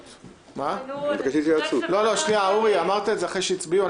אורי, אמרת את זה אחרי שהצביעו.